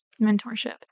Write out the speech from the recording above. mentorship